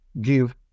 give